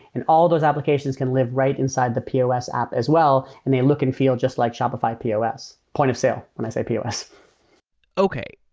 and all those applications can live right inside the pos app as well, and they look and feel just like shopify pos. point-of-sale when i say pos okay.